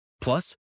Plus